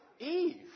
Eve